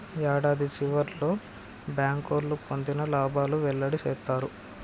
యాడాది సివర్లో బ్యాంకోళ్లు పొందిన లాబాలు వెల్లడి సేత్తారు